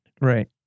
Right